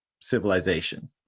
civilization